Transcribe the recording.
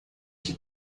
que